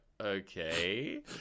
okay